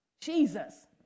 Jesus